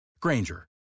Granger